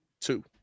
Two